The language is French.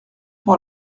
pour